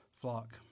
flock